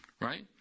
right